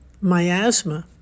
miasma